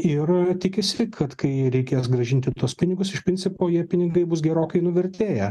ir tikisi kad kai reikės grąžinti tuos pinigus iš principo jie pinigai bus gerokai nuvertėję